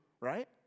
right